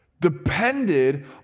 depended